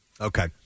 Okay